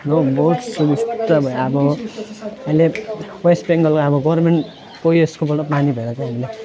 ल बहुत सुबिस्ता भयो अब अहिले वेस्ट बेङ्गलको अब गभर्मेन्टको यसकोबाट पानी भेटाइदियो हामीलाई